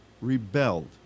rebelled